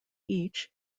each